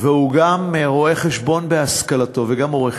והוא גם רואה-חשבון בהשכלתו, וגם עורך-דין,